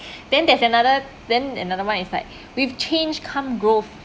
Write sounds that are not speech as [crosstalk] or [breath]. then there's another then another one is like [breath] with change come growth